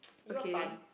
okay